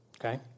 okay